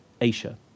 Asia